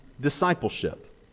discipleship